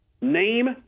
name